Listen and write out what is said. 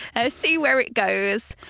ah see where it goes.